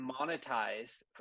monetize